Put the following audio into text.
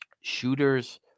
Shooters